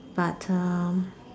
but um